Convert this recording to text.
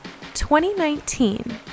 2019